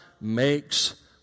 makes